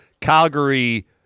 Calgary